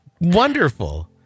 Wonderful